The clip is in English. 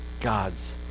God's